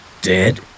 dead